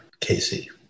Casey